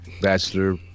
bachelor